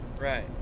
Right